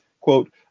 Quote